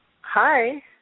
Hi